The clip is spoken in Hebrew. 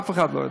אף אחד לא יודע,